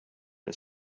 ist